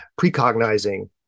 precognizing